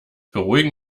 beruhigen